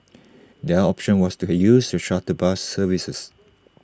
the option was to use the shuttle bus services